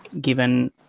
given